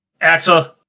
Axel